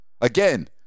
Again